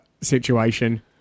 situation